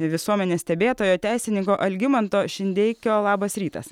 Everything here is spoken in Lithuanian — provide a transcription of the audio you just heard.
visuomenės stebėtojo teisininko algimanto šindeikio labas rytas